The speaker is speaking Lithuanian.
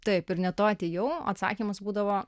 taip ir ne to atėjau atsakymas būdavo